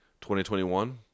2021